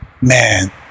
Man